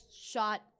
shot –